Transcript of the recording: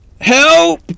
Help